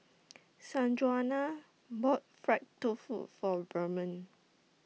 Sanjuana bought Fried Tofu For Vernon